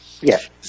Yes